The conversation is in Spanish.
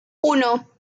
uno